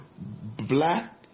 black